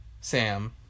Sam